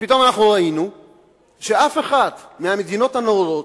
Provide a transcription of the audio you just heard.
ופתאום אנחנו ראינו שאף אחת מהמדינות הנאורות,